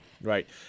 Right